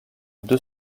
deux